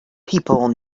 people